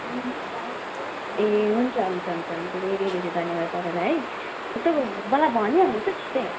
ए हुन्छ हुन्छ हुन्छ हुन्छ धेरै धेरै धन्यवाद तपाईँलाई है यसो मलाई भनी हाल्नु होस् ल छिटै